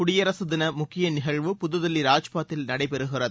குடியரசு தின முக்கிய நிகழ்வு புதுதில்லி ராஜ்பாத்தில் நடைபெறுகிறது